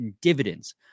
dividends